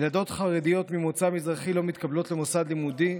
ילדות חרדיות ממוצא מזרחי לא מתקבלות למוסד לימודי,